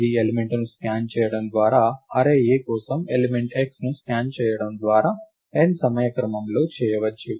ఇది ఎలిమెంట్ ను స్కాన్ చేయడం ద్వారా అర్రే A కోసం ఎలిమెంట్ x ను స్కాన్ చేయడం ద్వారా n సమయ క్రమంలో చేయవచ్చు